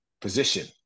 position